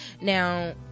Now